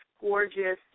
gorgeous